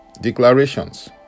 declarations